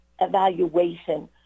evaluation